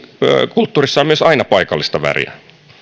kulttuurissa on myös aina paikallista väriä